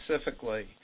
specifically